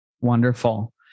Wonderful